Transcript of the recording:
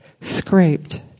scraped